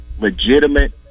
legitimate